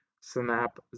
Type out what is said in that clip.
snap